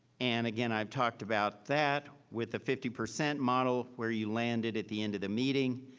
and again, i've talked about that with the fifty percent model, where you landed at the end of the meeting,